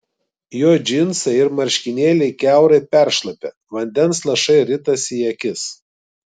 jo džinsai ir marškinėliai kiaurai peršlapę vandens lašai ritasi į akis